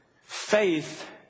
Faith